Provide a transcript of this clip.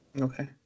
Okay